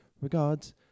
Regards